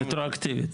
רטרואקטיבית.